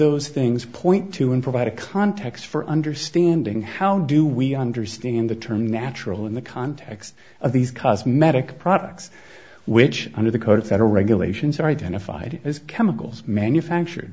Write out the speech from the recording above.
those things point to and provide a context for understanding how do we understand the term natural in the context of these cosmetic products which under the code of federal regulations are identified as chemicals manufactured